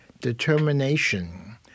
determination